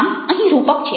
આમ અહીં રૂપક છે